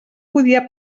podia